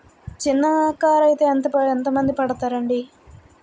చిన్న కార్ అయితే ఎంత ఎంతమంది పడతారండి